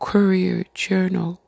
Courier-Journal